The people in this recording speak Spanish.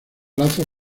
lazos